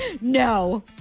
No